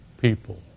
people